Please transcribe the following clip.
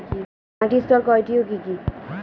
মাটির স্তর কয়টি ও কি কি?